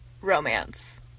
romance